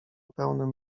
pełnym